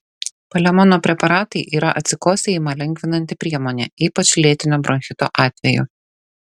palemono preparatai yra atsikosėjimą lengvinanti priemonė ypač lėtinio bronchito atveju